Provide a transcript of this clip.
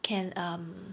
can um